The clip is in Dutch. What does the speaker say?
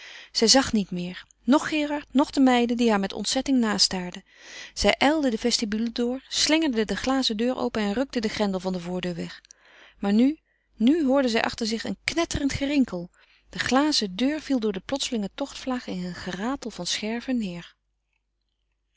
zij zag niet meer noch gerard noch de meiden die haar met ontzetting nastaarden zij ijlde de vestibule door slingerde de glazen deur open en rukte den grendel van de voordeur weg maar nu nu hoorde zij achter zich een knetterend gerinkel de glazen deur viel door de plotselinge tochtvlaag in een geratel van scherven neêr